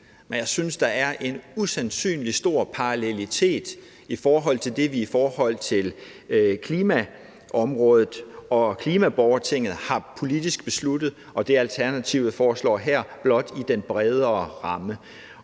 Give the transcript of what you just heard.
Men jeg synes, der er en usandsynlig stor parallelitet mellem det, vi i forhold til klimaområdet og klimaborgertinget politisk har besluttet, og det, Alternativet foreslår her, som blot skal være inden